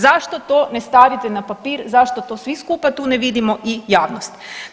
Zašto to ne stavite na papir, zašto to svi skupa tu ne vidimo i javnost?